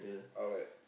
alright